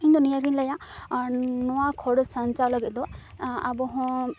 ᱤᱧᱫᱚ ᱱᱤᱭᱟᱹᱜᱤᱧ ᱞᱟᱹᱭᱟ ᱟᱨ ᱱᱚᱣᱟ ᱠᱷᱚᱨᱚᱪ ᱥᱟᱧᱪᱟᱣ ᱞᱟᱹᱜᱤᱫ ᱫᱚ ᱟᱵᱚ ᱦᱚᱸ